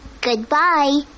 Goodbye